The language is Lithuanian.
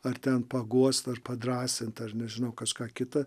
ar ten paguost ar padrąsint ar nežinau kažką kita